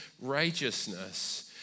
righteousness